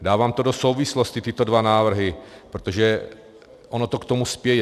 Dávám to do souvislosti, tyto dva návrhy, protože ono to k tomu spěje.